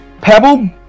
Pebble